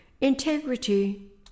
integrity